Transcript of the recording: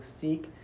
seek